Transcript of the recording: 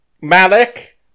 Malik